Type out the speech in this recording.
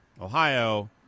Ohio